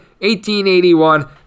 1881